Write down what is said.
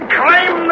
claim